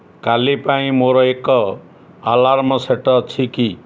କାଲି ପାଇଁ ମୋର ଏକ ଆଲାର୍ମ ସେଟ୍ ଅଛି କି